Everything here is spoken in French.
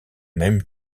même